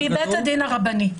מבית הדין הרבני.